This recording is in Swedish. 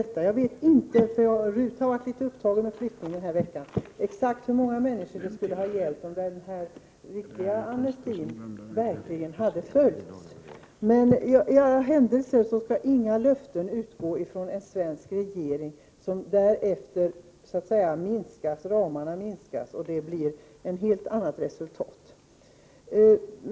Eftersom riksdagens utredningstjänst har varit litet upptagen med sin flyttning den här veckan, vet jag inte exakt hur många människor det skulle ha gällt om den riktiga amnestin verkligen hade följts. I alla händelser skall inga löften utgå från en svensk regering, varefter ramarna minskas så att det blir ett helt annat resultat.